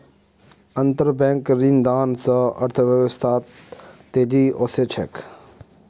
अंतरबैंक ऋणदान स अर्थव्यवस्थात तेजी ओसे छेक